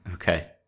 Okay